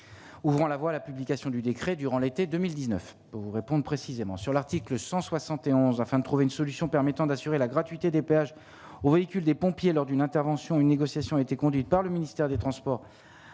ouvrant la voie à la publication du décret durant l'été 2019 pour vous réponde précisément sur l'article 171 afin de trouver une solution permettant d'assurer la gratuité des péages aux véhicules des pompiers lors d'une intervention une négociation était conduite par le ministère des Transports,